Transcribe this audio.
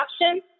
option